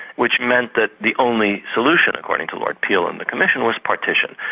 which meant that the only solution, according to lord peel and the commission, was partition.